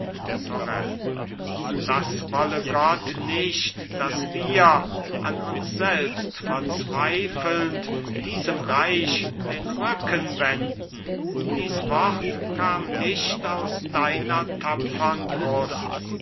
sorel das wolle gott nicht daß wir an uns selbst verzweifelnd diesem reich den rücken wenden dies wort kam nicht aus deiner tapfern brust